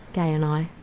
gay and i,